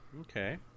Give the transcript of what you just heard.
Okay